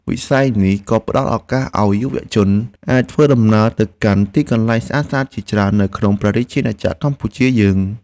វិស័យនេះក៏ផ្តល់ឱកាសឱ្យយុវជនអាចធ្វើដំណើរទៅកាន់ទីកន្លែងស្អាតៗជាច្រើននៅក្នុងព្រះរាជាណាចក្រកម្ពុជារបស់យើង។